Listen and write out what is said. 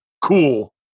cool